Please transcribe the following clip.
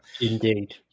indeed